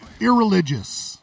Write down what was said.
Irreligious